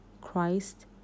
Christ